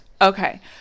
Okay